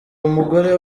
umugore